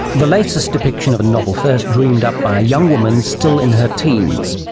the latest depiction of a novel first dreamed up by a young woman still in her teens.